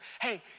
Hey